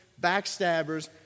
backstabbers